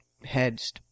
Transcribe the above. heads